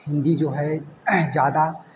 हिंदी जो है ज़्यादा